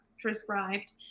prescribed